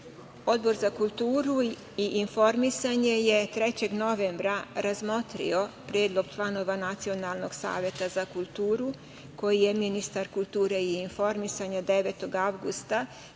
za kulturu i informisanje je 3. novembra razmotrio Predlog članova Nacionalnog saveta za kulturu, koji je ministar kulture i informisanja 9. avgusta